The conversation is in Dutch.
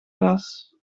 klas